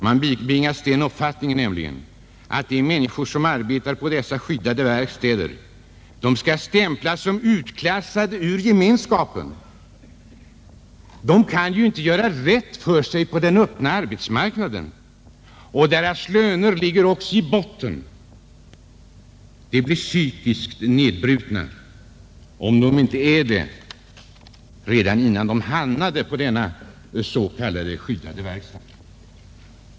Man bibringas nämligen den uppfattningen att de människor, som arbetar på dessa skyddade verkstäder, skall stämplas som utklassade ur gemenskapen. De kan ju inte göra rätt för sig på den öppna arbetsmarknaden, och deras löner ligger också i botten. De blir psykiskt nedbrutna, om de inte är det redan innan de hamnar på en s.k. skyddad verkstad.